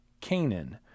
Canaan